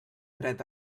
dret